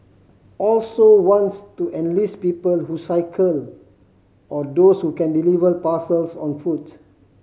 also wants to enlist people who cycle or those who can deliver parcels on foot